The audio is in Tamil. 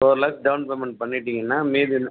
ஃபோர் லேக்ஸ் டவுன் பேமெண்ட் பண்ணிட்டீங்கன்னால் மீதி